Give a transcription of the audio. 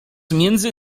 między